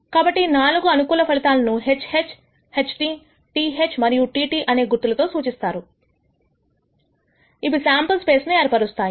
కాబట్టి ఈ నాలుగు అనుకూల ఫలితాలను HH HT TH మరియు TT అనే గుర్తులతో సూచిస్తారుఇవి శాంపుల్ స్పేస్ ను ఏర్పరుస్తాయి